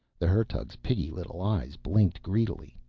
the hertug's piggy little eyes blinked greedily.